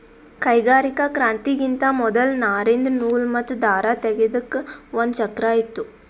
ಕೈಗಾರಿಕಾ ಕ್ರಾಂತಿಗಿಂತಾ ಮೊದಲ್ ನಾರಿಂದ್ ನೂಲ್ ಮತ್ತ್ ದಾರ ತೇಗೆದಕ್ ಒಂದ್ ಚಕ್ರಾ ಇತ್ತು